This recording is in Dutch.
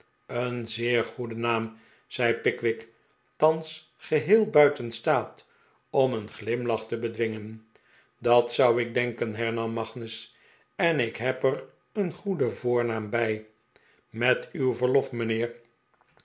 een zeer goede naam zei pickwick thans geheel buiten staat om een glimlach te bedwingen dat zou ik denken hernam magnus en ik heb er een goeden voornaam bij met uw verlof mijnheer